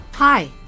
Hi